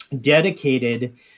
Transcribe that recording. dedicated